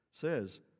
says